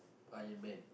Iron-Man